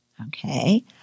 Okay